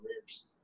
careers